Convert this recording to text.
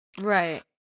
Right